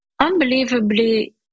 unbelievably